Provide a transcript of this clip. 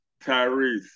Tyrese